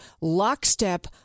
lockstep